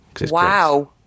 Wow